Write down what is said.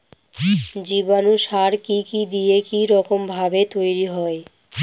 জীবাণু সার কি কি দিয়ে কি রকম ভাবে তৈরি হয়?